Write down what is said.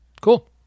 Cool